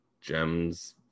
gems